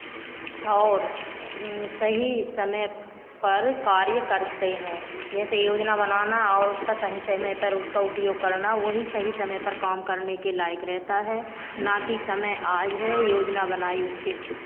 और सही समय पर कार्य करते हैं जैसे योजना बनाना और उसका सही समय पर उसका उपयोग करना वही सही समय पर काम करने के लायक रहता है ना की समय आज है योजना बनाई उसके